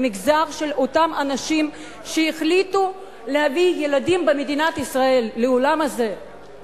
למגזר של אותם אנשים שהחליטו להביא ילדים לעולם הזה במדינת ישראל.